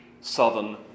southern